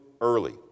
early